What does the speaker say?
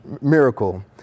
miracle